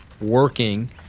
working